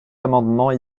amendements